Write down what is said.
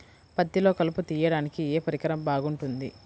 పత్తిలో కలుపు తీయడానికి ఏ పరికరం బాగుంటుంది?